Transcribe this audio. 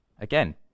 Again